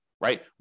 right